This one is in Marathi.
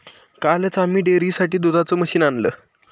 कालच आम्ही डेअरीसाठी दुधाचं मशीन आणलं